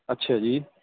ਅੱਛਾ ਜੀ